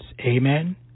Amen